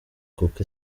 kuko